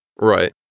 Right